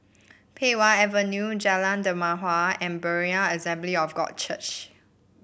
Pei Wah Avenue Jalan Dermawan and Berean Assembly of God Church